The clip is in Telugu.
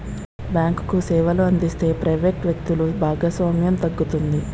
బ్యాంకు సేవలు అందిస్తే ప్రైవేట్ వ్యక్తులు భాగస్వామ్యం తగ్గుతుంది